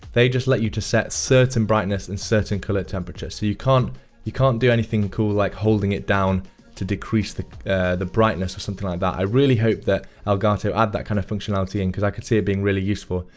they just let you to set certain brightness and certain color temperatures. so, you can't you can't do anything cool like holding it down to decrease the the brightness or something like that. i really hope that elgato add that kind of functionality in cause i can see it being really useful.